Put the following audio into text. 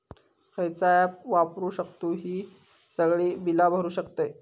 खयचा ऍप वापरू शकतू ही सगळी बीला भरु शकतय?